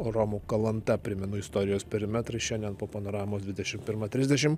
romu kalanta primenu istorijos perimetrai šiandien po panoramos dvidešimt pirmą trisdešim